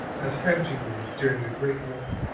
of strategy boards during the great war.